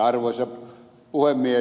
arvoisa puhemies